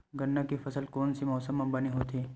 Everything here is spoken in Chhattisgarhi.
गन्ना के फसल कोन से मौसम म बने होथे?